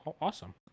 awesome